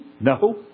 No